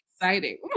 exciting